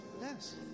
Yes